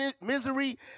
misery